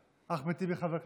אחמד טיבי חבר כנסת?